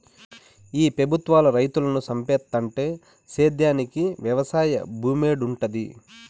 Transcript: ఈ పెబుత్వాలు రైతులను సంపేత్తంటే సేద్యానికి వెవసాయ భూమేడుంటది